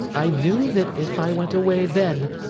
i knew that if i went away then,